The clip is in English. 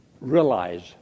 realize